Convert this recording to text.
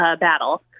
battle